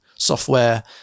software